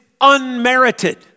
unmerited